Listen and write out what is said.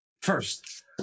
First